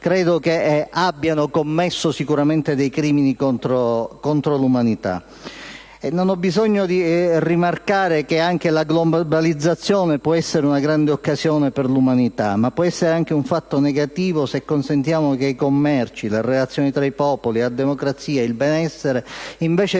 Gheddafi, hanno commesso dei crimini contro l'umanità, entrambi. Non ho bisogno di rimarcare che anche la globalizzazione può essere una grande occasione per l'umanità. Ma può essere anche un fatto negativo, se consentiamo che i commerci, le relazioni tra i popoli, la democrazia, il benessere, invece di